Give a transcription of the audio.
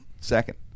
second